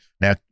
now